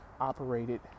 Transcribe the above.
operated